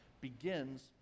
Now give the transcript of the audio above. begins